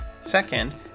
Second